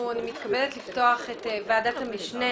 אני מתכבדת לפתוח את ישיבת ועדת המשנה